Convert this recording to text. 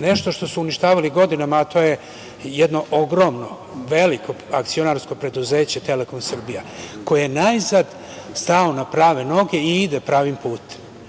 nešto što su uništavali godinama, a to je jedno ogromno akcionarsko preduzeće Telekom Srbija, koje je najzad stao na prave noge, i ide pravim